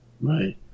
Right